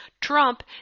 Trump